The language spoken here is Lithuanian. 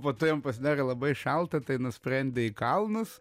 po to jam pasidarė labai šalta tai nusprendė į kalnus